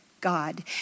God